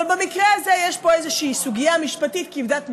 אבל במקרה הזה יש פה איזושהי סוגיה משפטית כבדת משקל.